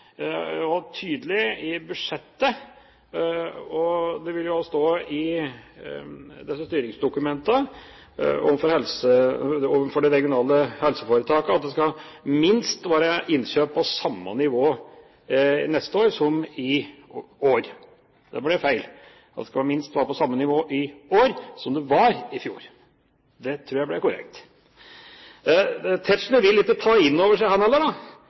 vil også stå i styringsdokumentene for de regionale helseforetakene at det minst skal være innkjøp på samme nivå neste år som i år – det ble feil. Det skal minst være på samme nivå i år som det var i fjor. Det tror jeg ble korrekt. Tetzschner vil heller ikke ta inn over seg